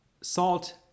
salt